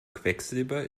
quecksilber